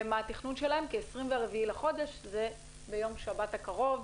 התכנון שלהם כי ה-24 בחודש זה ביום שבת הקרוב.